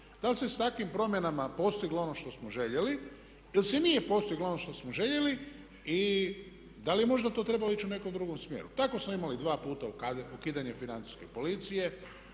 Da li se s takvim promjenama postiglo ono što smo željeli ili se nije postiglo ono što smo željeli i da li je možda to trebalo ići u nekom drugom smjeru? Tako smo imali dva puta ukidanje financijske policije,